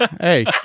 Hey